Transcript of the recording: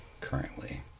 currently